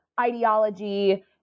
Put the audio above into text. ideology